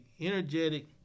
energetic